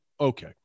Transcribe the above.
Okay